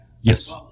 yes